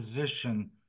position